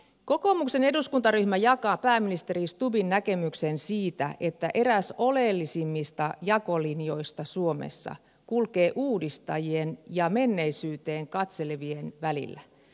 kokoomuksen eduskuntaryhmä jakaa pääministeri stubbin näkemyksen siitä että eräs oleellisimmista jakolinjoista suomessa kulkee uudistajien ja menneisyyteen katselevien välillä myös talouspolitiikassa